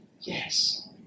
Yes